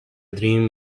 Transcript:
dream